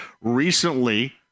recently